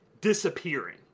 disappearing